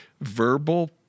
verbal